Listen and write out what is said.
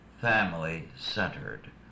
family-centered